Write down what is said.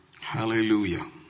Hallelujah